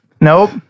Nope